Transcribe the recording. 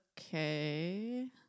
Okay